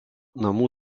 namų